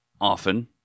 often